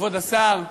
כבוד השר,